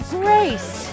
grace